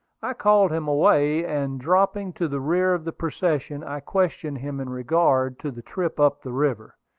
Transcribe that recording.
i called him away, and dropping to the rear of the procession, i questioned him in regard to the trip up the river.